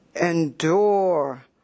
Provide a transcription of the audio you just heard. endure